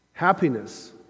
happiness